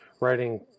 writing